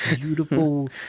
beautiful